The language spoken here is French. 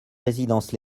résidence